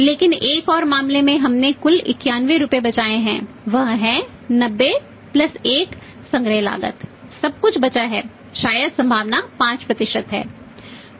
लेकिन एक और मामले में हमने कुल 91 रुपये बचाए हैं वह है 90 1 संग्रह लागत सब कुछ बचा है शायद संभावना 5 है